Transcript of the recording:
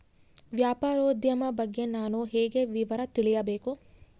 ವ್ಯಾಪಾರೋದ್ಯಮ ಬಗ್ಗೆ ನಾನು ಹೇಗೆ ವಿವರ ತಿಳಿಯಬೇಕು?